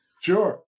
Sure